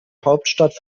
hauptstadt